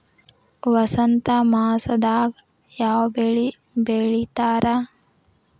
ವಸಂತ ಮಾಸದಾಗ್ ಯಾವ ಬೆಳಿ ಬೆಳಿತಾರ?